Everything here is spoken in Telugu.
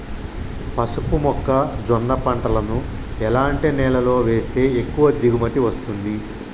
పసుపు మొక్క జొన్న పంటలను ఎలాంటి నేలలో వేస్తే ఎక్కువ దిగుమతి వస్తుంది?